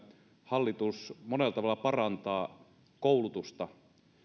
hallitus monella tavalla parantaa koulutusta